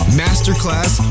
masterclass